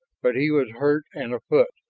but he was hurt and afoot,